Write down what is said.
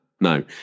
no